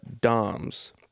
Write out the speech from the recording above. doms